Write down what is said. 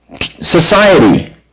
society